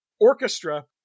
orchestra